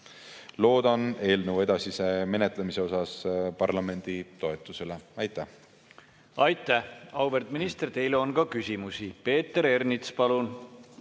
Loodan eelnõu edasisel menetlemisel parlamendi toetusele. Aitäh! Aitäh, auväärt minister! Teile on ka küsimusi. Peeter Ernits, palun!